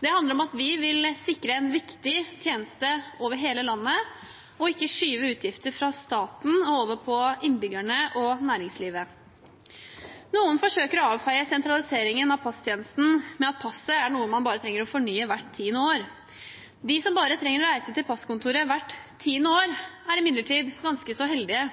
Det handler om at vi vil sikre en viktig tjeneste over hele landet og ikke skyve utgifter fra staten og over på innbyggerne og næringslivet. Noen forsøker å avfeie sentraliseringen av passtjenesten med at passet er noe man bare trenger å fornye hvert tiende år. De som bare trenger å reise til passkontoret hvert tiende år, er imidlertid ganske så heldige.